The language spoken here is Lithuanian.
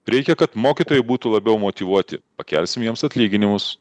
reikia kad mokytojai būtų labiau motyvuoti pakelsim jiems atlyginimus